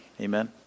Amen